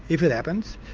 if it happens,